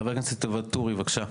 חבר הכנסת ואטורי, בבקשה.